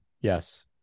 Yes